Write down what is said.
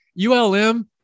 ULM